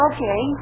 Okay